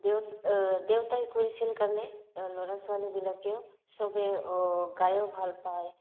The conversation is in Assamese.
দেউতা দেউতাই কৰিছিল কাৰণে ল'ৰা ছোৱালীবিলাকেও চবেই গায়ো ভাল পায়